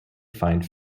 find